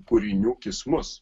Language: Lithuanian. kūrinių kismus